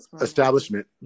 Establishment